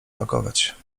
pakować